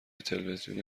تلوزیون